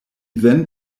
then